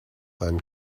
than